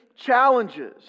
challenges